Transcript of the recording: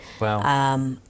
Wow